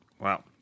Wow